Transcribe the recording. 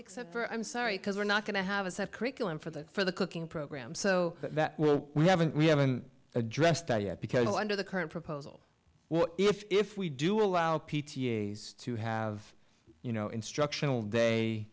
except for i'm sorry because we're not going to have a set curriculum for the for the cooking program so that well we haven't we haven't addressed that yet because under the current proposal well if we do allow p t a s to have you know instructional day